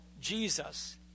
Jesus